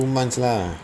two months lah